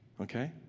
Okay